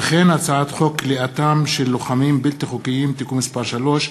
וכן הצעת חוק כליאתם של לוחמים בלתי חוקיים (תיקון מס' 3),